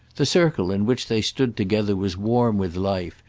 the circle in which they stood together was warm with life,